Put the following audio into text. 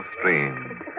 stream